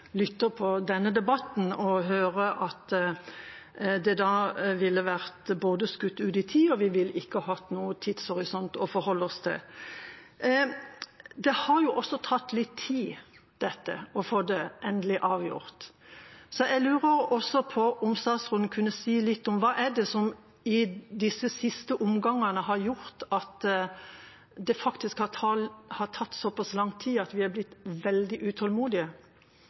lytter til denne debatten – å høre at det da ville vært både skutt ut i tid og vi ikke ville hatt noen tidshorisont å forholde oss til. Det har jo også tatt litt tid å få dette endelig avgjort, så jeg lurer på om statsråden også kunne si litt om hva det er som i disse siste omgangene har gjort at det faktisk har tatt så pass lang tid at vi er blitt veldig utålmodige